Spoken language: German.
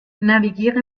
navigiere